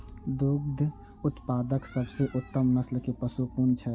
दुग्ध उत्पादक सबसे उत्तम नस्ल के पशु कुन छै?